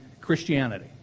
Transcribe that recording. Christianity